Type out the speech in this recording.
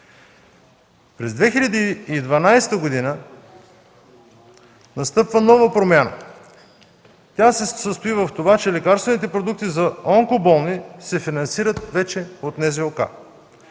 През 2012 г. настъпва нова промяна. Тя се състои в това, че лекарствените продукти за онкоболни се финансират вече от НЗОК.